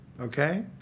okay